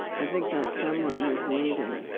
i think that's somewhat misleading,